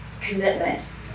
commitment